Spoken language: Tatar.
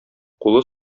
кулы